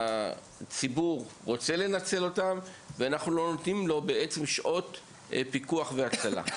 הציבור רוצה לנצל אותן ולמעשה בהן אנחנו לא נותנים לו שעות פיקוח והצלה.